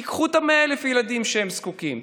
תיקחו את 100,000 הילדים שזקוקים,